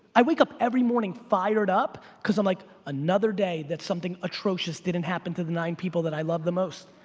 i wake up every morning fired up cause i'm like another day that something atrocious didn't happen to the nine people that i love the most.